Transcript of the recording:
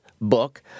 book